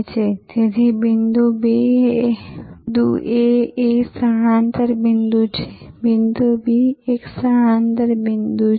તેથી બિંદુ A એ સ્થળાંતર બિંદુ છે બિંદુ B એક સ્થળાંતર બિંદુ છે